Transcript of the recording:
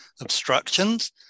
Obstructions